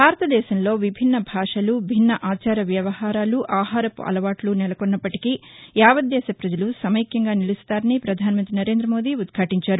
భారతదేశంలో విభిన్న భాషలు భిన్న ఆచార వ్యవహారాలు ఆహారపు అలవాట్లు నెలకొన్నప్పటికీ యావత్ దేశ ప్రజలు సమైక్యంగా నిలుస్తారని ప్రధానమంత్రి నరేంద్రమోదీ ఉద్యాటించారు